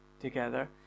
together